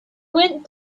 went